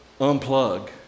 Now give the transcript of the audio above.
unplug